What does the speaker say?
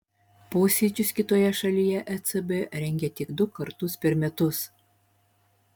posėdžius kitoje šalyje ecb rengia tik du kartus per metus